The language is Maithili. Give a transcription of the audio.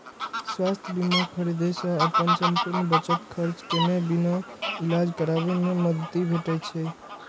स्वास्थ्य बीमा खरीदै सं अपन संपूर्ण बचत खर्च केने बिना इलाज कराबै मे मदति भेटै छै